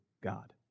God